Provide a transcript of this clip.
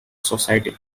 society